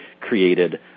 created